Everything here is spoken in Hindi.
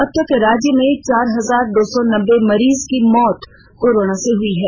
अब तक राज्य में चार हजार दो सौ नब्बे मरीज की मौत कोरोना से हई हैं